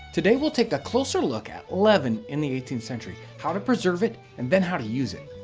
today we'll take a closer look at leaven in the eighteenth century, how to preserve it and then how to use it.